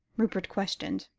rupert questioned.